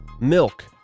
milk